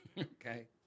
Okay